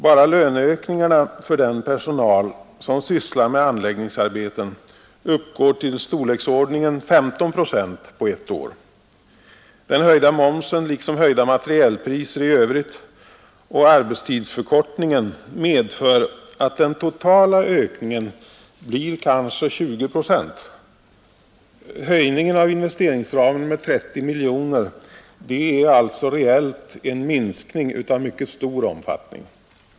Bara löneökningarna för den personal som sysslar med anläggningsarbeten uppgår till storleksordningen 15 procent på ett år. Den höjda momsen liksom höjda materielpriser i övrigt och arbetstidsförkortningen medför att den totala ökningen blir kanske 20 procent. Vidgningen av investeringsramen med 30 miljoner kronor är alltså reellt en minskning av mycket stor omfattning.